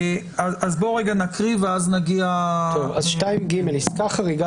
עסקה חריגה של תאגיד מדווח שבשליטת המדינה 2ג. עסקה חריגה